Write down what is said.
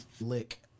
Lick